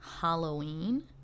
Halloween